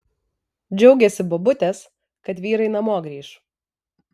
džiaugėsi bobutės kad vyrai namo grįš